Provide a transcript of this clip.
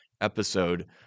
episode